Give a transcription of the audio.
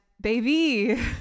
baby